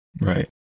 Right